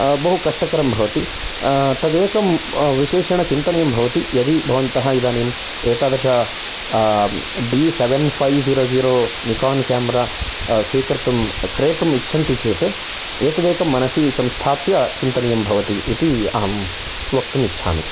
बहु कष्टकरं भवति तदेकं विशेषेण चिन्तनीयं भवति यदि भवन्तः इदानीं एतादृश D seven five zero zero Nikon camera स्वीकर्तुं क्रेतुम् इच्छन्ति चेत् एतदेकं मनसि संस्थाप्य चिन्तनीयं भवति इति अहं वक्तुम् इच्छामि